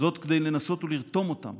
כדי לנסות ולרתום אותם